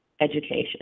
education